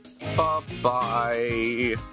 Bye-bye